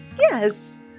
yes